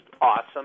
awesome